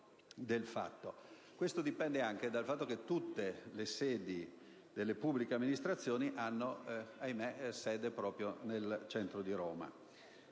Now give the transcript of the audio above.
Questo dipende anche dal fatto che tutte le sedi delle pubbliche amministrazioni hanno sede proprio nel centro di Roma.